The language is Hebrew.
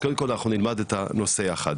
אז קודם כל אנחנו נלמד את הנושא יחד.